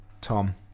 Tom